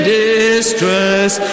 distress